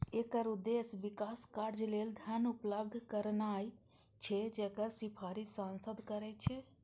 एकर उद्देश्य विकास कार्य लेल धन उपलब्ध करेनाय छै, जकर सिफारिश सांसद करै छै